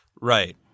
Right